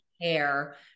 care